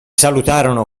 salutarono